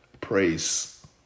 praise